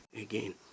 again